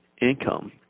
income